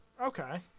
Okay